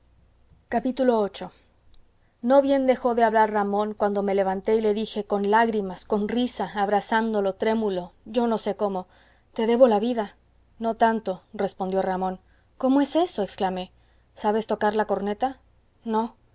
viii no bien dejó de hablar ramón cuando me levanté y le dije con lágrimas con risa abrazándolo trémulo yo no sé cómo te debo la vida no tanto respondió ramón cómo es eso exclamé sabes tocar la corneta no